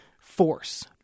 force